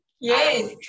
Yes